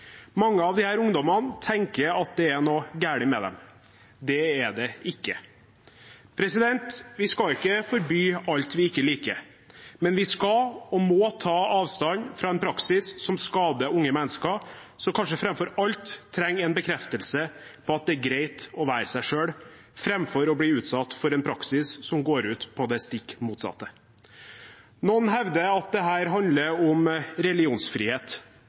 Mange av disse ungdommene tenker at det er noe galt med dem. Det er det ikke. Vi skal ikke forby alt vi ikke liker. Men vi skal og må ta avstand fra en praksis som skader unge mennesker som kanskje framfor alt trenger en bekreftelse på at det er greit å være seg selv, istedenfor å bli utsatt for en praksis som går ut på det stikk motsatte. Noen hevder at dette handler om religionsfrihet.